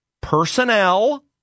personnel